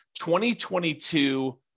2022